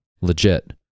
Legit